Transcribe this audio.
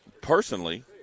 personally